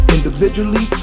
Individually